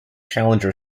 challenge